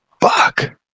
fuck